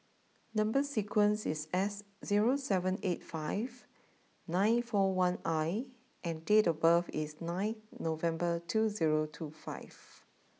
number sequence is S zero seven eight five nine four one I and date of birth is nine November two zero two five